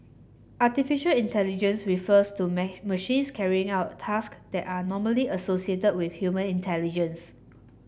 artificial intelligence refers to machines carrying out task that are normally associated with human intelligence